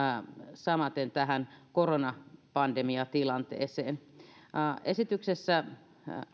samaten tähän koronapandemiatilanteeseen esityksessä